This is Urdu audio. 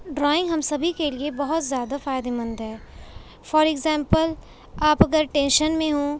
ڈرائنگ ہم سبھی کے لیے بہت زیادہ فائدہ مند ہے فار اکزامپل آپ اگر ٹینشن میں ہوں